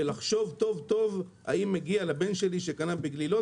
ולחשוב טוב-טוב האם מגיעה לבן שלי שקנה בגלילות